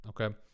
okay